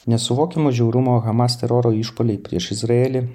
nesuvokiamo žiaurumo hamas teroro išpuoliai prieš izraelį